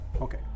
Okay